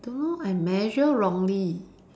don't know I measure wrongly